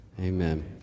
Amen